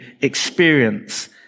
experience